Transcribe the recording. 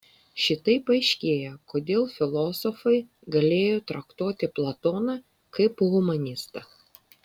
šitaip aiškėja kodėl filosofai galėjo traktuoti platoną kaip humanistą